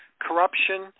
corruption